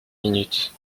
minutes